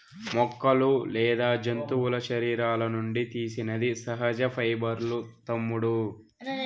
మొక్కలు లేదా జంతువుల శరీరాల నుండి తీసినది సహజ పైబర్లూ తమ్ముడూ